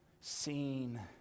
seen